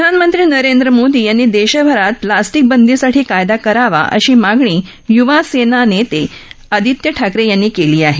प्रधानमंत्री नरेंद्र मोदी यांनी देशभरात प्लास्टिक बंदीसाठी कायदा करावा अशी मागणी युवासेना नेते आदित्य ठाकरे यांनी केली आहे